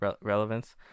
relevance